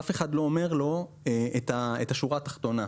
אף אחד לא אומר לו את השורה התחתונה.